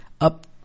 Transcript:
up